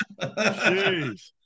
Jeez